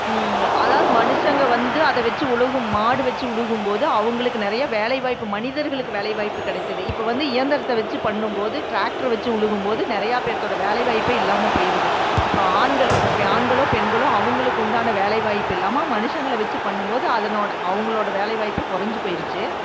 அதாவது மனுஷங்கள் வந்து அதை வெச்சு உழுகும் மாடு வெச்சு உழுகும் போது அவங்களுக்கு நிறையா வேலை வாய்ப்பு மனிதர்களுக்கு வேலை வாய்ப்பு கிடைத்தது இப்போ வந்து இயந்திரத்தை வெச்சு பண்ணும் போது ட்ராக்ட்ரை வெச்சு உழுகும் போது நிறையா பேர்த்தோட வேலை வாய்ப்பே இல்லாமல் போயிடுது இப்போ ஆண்கள் இப்போ ஆண்களோ பெண்களோ அவங்களுக்கு உண்டான வேலை வாய்ப்பு இல்லாமல் மனுஷங்களை வெச்சு பண்ணும் போது அதனோட அவங்களோட வேலை வாய்ப்பே குறைஞ்சி போயிடுச்சி